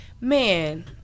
Man